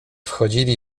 wchodzili